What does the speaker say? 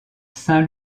saint